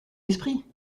l’esprit